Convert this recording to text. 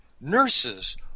nurses